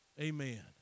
Amen